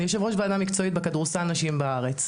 אני יושבת-ראש ועדה מקצועית בכדורסל נשים בארץ.